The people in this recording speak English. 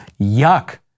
Yuck